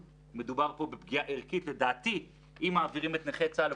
נושא פגועי נפש - ללא ספק אין לנו